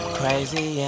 crazy